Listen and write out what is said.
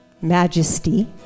majesty